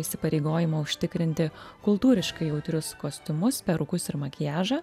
įsipareigojimo užtikrinti kultūriškai jautrius kostiumus perukus ir makiažą